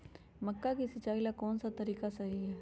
मक्का के सिचाई ला कौन सा तरीका सही है?